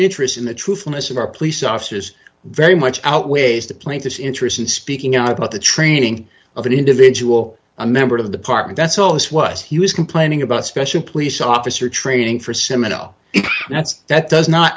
interest in the truthfulness of our police officers very much outweighs the plaintiff's interest in speaking out about the training of an individual a member of the party that's all this was he was complaining about special police officer training for simoneau that's that does not